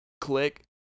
Click